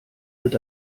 wird